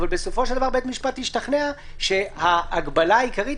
אבל בסופו של דבר בית המשפט השתכנע שההגבלה העיקרית